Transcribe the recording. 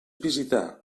visitar